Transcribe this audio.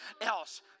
else